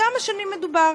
בכמה שנים מדובר?